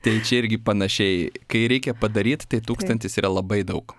tai čia irgi panašiai kai reikia padaryt tai tūkstantis yra labai daug